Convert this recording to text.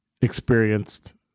experienced